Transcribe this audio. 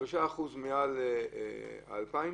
3% מעל 2,000?